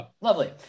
Lovely